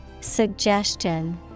Suggestion